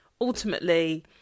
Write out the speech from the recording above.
ultimately